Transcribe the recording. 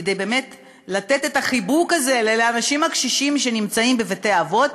כדי באמת לתת את החיבוק הזה לאנשים הקשישים שנמצאים בבתי-אבות,